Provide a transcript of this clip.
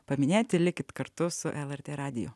paminėti likit kartu su lrt radiju